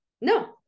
no